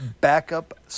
Backup